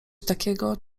takiego